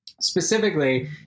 Specifically